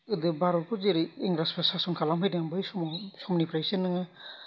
गोदो भारतखौ जेरै इंराजफ्रा सासन खालामफैदों बै समनिफ्रायसो नोङो